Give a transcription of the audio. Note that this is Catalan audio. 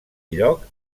lloc